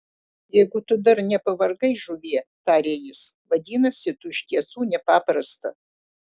jeigu tu dar nepavargai žuvie tarė jis vadinasi tu iš tiesų nepaprasta